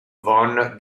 von